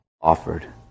offered